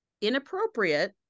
inappropriate